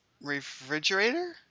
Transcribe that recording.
refrigerator